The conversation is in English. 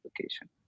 application